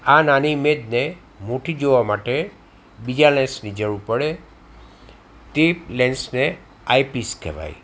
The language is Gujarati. આ નાની ઈમેજને મોટી જોવા માટે બીજા લેન્સની જરૂર પડે તે લેન્સને આઈપીસ કહેવાય